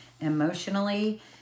emotionally